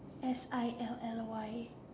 S I L L Y